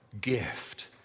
gift